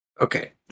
Okay